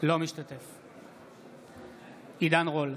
אינו משתתף בהצבעה עידן רול,